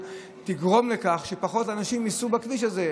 תגרום לכך שפחות אנשים ייסעו בכביש הזה,